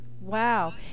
Wow